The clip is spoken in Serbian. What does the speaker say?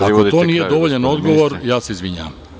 Ako to nije dovoljan odgovor, ja se izvinjavam.